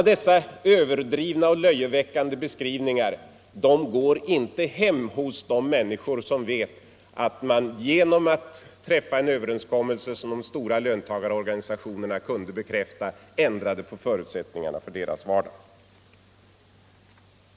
Dessa överdrivna och löjeväckande beskrivningar går inte hem hos de människor som vet att man genom att träffa en överenskommelse som de stora löntagarorganisationerna kunde acceptera ändrade på förutsättningarna för deras vardag.